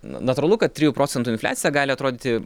natūralu kad trijų procentų infliacija gali atrodyti